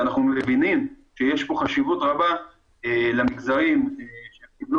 שאנחנו מבינים שיש פה חשיבות רבה למגזרים שקיבלו